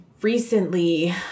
recently